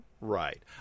Right